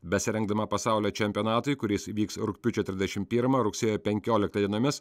besirengdama pasaulio čempionatui kuris vyks rugpjūčio trisdešim pirmą rugsėjo penkioliktą dienomis